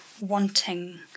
wanting